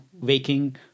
waking